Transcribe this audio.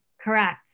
Correct